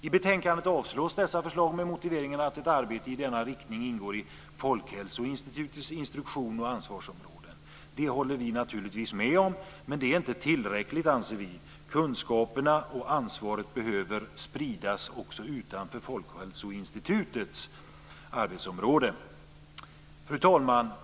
I betänkandet avstyrks dessa förslag med motiveringen att ett arbete i denna riktning ingår i Folkhälsoinstitutets instruktion och ansvarsområden. Det håller vi naturligtvis med om, men det är inte tillräckligt, anser vi. Kunskaperna och ansvaret behöver spridas också utanför Folkhälsoinstitutets arbetsområde. Fru talman!